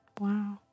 Wow